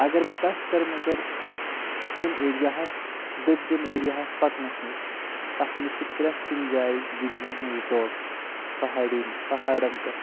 اگر بہٕ کتھ کرٕ مگر شوپین ایریا ہس دٔبجن ایریا ہس پکنس منٛز تتھ منٛز چھِ پرٮ۪تھ کُنہِ جایہِ گُجریٮ۪ن ہنٛز ڈوکہٕ پہاڑی پہاڑن پٮ۪ٹھ